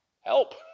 Help